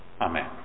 amen